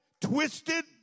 twisted